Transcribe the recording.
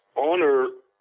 honor